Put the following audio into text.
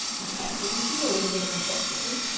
okay. so this is a little bit of inception.